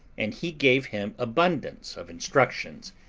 and he gave him abundance of instructions,